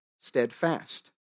steadfast